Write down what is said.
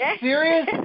serious